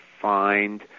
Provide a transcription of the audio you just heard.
find